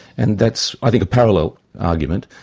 and that's i think a parallel argument.